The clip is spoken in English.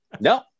No